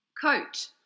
coat